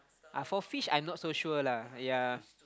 uh for fish I'm not so sure lah ya